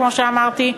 כמו שאמרתי,